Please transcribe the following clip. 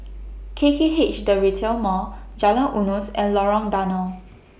K K H The Retail Mall Jalan Eunos and Lorong Danau